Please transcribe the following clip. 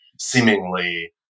seemingly